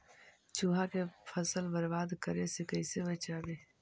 चुहा के फसल बर्बाद करे से कैसे बचाबी?